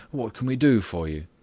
what can we do for you?